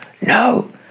No